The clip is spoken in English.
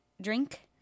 drink